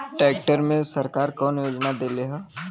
Tractor मे सरकार कवन योजना देले हैं?